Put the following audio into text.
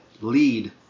lead